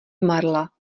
marla